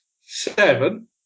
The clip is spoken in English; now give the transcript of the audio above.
seven